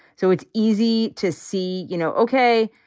so it's easy to see, you know, okay,